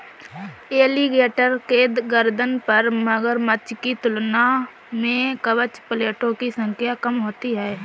alligator के गर्दन पर मगरमच्छ की तुलना में कवच प्लेटो की संख्या कम होती है